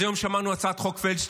אז היום שמענו את הצעת חוק פלדשטיין,